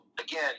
again